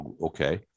Okay